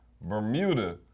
Bermuda